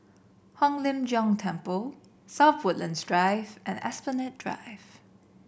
Hong Lim Jiong Temple South Woodlands Drive and Esplanade Drive